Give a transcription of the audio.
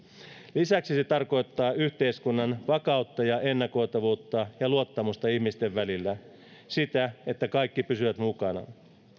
lisäksi se tarkoittaa yhteiskunnan vakautta ja ennakoitavuutta ja luottamusta ihmisten välillä sitä että kaikki pysyvät mukana